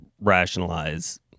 rationalize